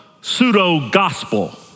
pseudo-gospel